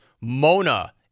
Mona